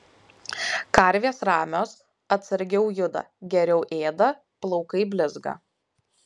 karvės ramios atsargiau juda geriau ėda plaukai blizga